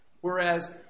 Whereas